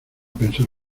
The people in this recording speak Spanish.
pensar